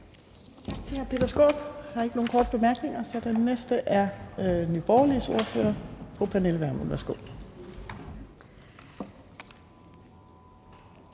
Tak til hr. Peter Skaarup. Der er ikke nogen korte bemærkninger, så den næste er Nye Borgerliges ordfører, fru Pernille